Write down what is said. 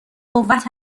قوت